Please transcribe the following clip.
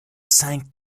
cinq